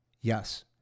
Yes